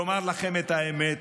לומר לכם את האמת,